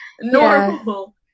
normal